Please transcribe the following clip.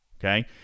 Okay